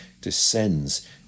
descends